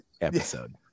episode